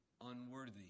unworthy